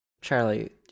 Charlie